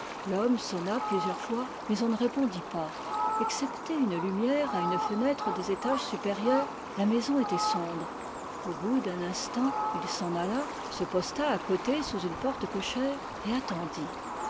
l'homme sonna plusieurs fois mais on ne répondit pas excepté une lumière à une fenêtre des étages supérieurs la maison était sombre au bout d'un instant il s'en alla se posta à côté sous une porte cochère et attendit